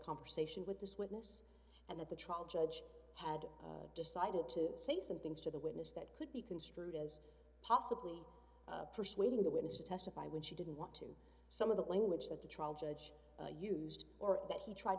conversation with this witness and that the trial judge had decided to say some things to the witness that could be construed as possibly persuading the witness to testify when she didn't want to some of the language that the trial judge used or that he tried